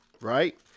right